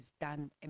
done